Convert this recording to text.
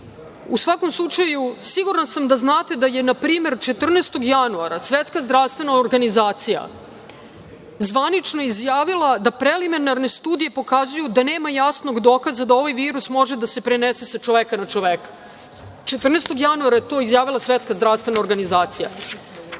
U svakom slučaju, sigurna sam da znate da je na primer 14. januara Svetska zdravstvena organizacija zvanično izjavila da preliminarne studije pokazuju da nema jasnog dokaza da ovaj virus može da se prenese sa čoveka na čoveka. Januara 14. je to izjavila Svetska zdravstvena organizacija. Ako